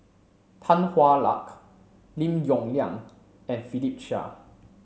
Tan Hwa Luck Lim Yong Liang and Philip Chia